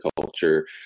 culture